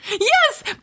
Yes